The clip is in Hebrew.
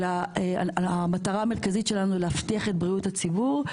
אלא המטרה המרכזית שלנו היא להבטיח את בריאות הציבור,